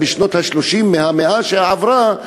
בשנות ה-30 של המאה שעברה,